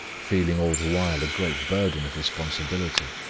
feeling all the while a great burden of responsibility,